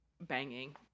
banging